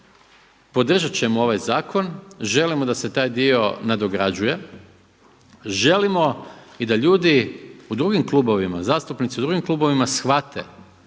podržat ćemo ovaj zakon, želimo da se taj dio nadograđuje, želimo i da ljudi i zastupnici u drugim klubovima shvate